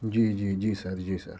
جی جی جی سر جی سر